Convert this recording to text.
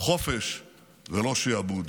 חופש ולא שעבוד.